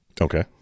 Okay